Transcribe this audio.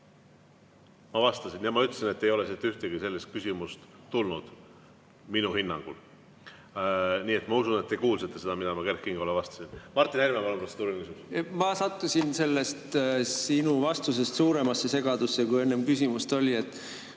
Ma vastasin, ma ütlesin, et ei ole ühtegi sellist küsimust olnud minu hinnangul. Ma usun, et te kuulsite seda, mida ma Kert Kingole vastasin. Martin Helme, protseduuriline küsimus, palun! Ma sattusin sellest sinu vastusest suuremasse segadusse, kui enne küsimust oli.